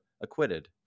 acquitted